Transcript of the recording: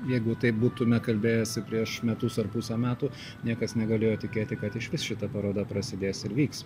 jeigu taip būtume kalbėjęsi prieš metus ar pusę metų niekas negalėjo tikėti kad išvis šita paroda prasidės ir vyks